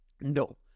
No